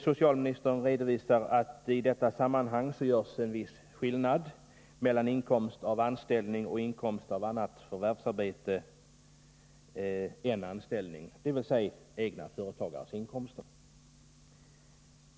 Socialministern redovisar att det i detta sammanhang görs viss skillnad mellan inkomst av anställning och inkomst av annat förvärvsarbete än anställning, dvs. egna företagares inkomster.